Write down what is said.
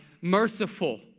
merciful